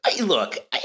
Look